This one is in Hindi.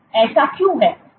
ऐसा क्यों है